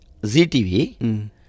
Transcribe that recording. ZTV